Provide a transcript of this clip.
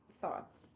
Thoughts